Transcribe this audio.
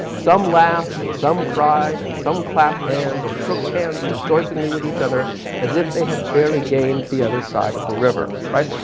some laughed and some cried and some clapped hands or shook hands rejoicingly with each other as if they had fairly gained the other side of the river, right.